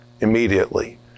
immediately